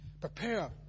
Prepare